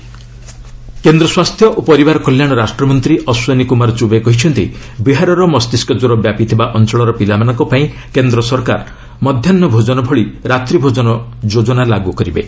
Bihar encephalitis କେନ୍ଦ୍ର ସ୍ୱାସ୍ଥ୍ୟ ଓ ପରିବାର କଲ୍ୟାଣ ରାଷ୍ଟ୍ରମନ୍ତ୍ରୀ ଅଶ୍ୱନୀ କୁମାର ଚୁବେ କହିଛନ୍ତି ବିହାରର ମସ୍ତିଷ୍କ ଜ୍ୱର ବ୍ୟାପିଥିବା ଅଞ୍ଚଳର ପିଲାମାନଙ୍କ ପାଇଁ କେନ୍ଦ୍ର ସରକାର ମଧ୍ୟାହୁ ଭୋଜନ ଭଳି ରାତ୍ରୀ ଭୋଜନ ଯୋଜନା ମଧ୍ୟ ଲାଗୁ କରିବେ